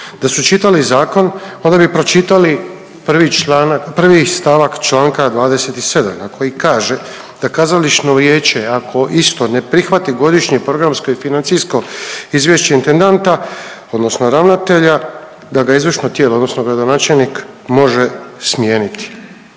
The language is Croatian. Da su čitali zakon onda bi pročitali prvi stavak čl. 27., a koji kaže da „Kazališno vijeće ako isto ne prihvati godišnje programsko i financijsko izvješće intendanta odnosno ravnatelja da ga izvršno tijelo odnosno gradonačelnik može smijeniti“,